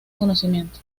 conocimiento